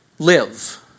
live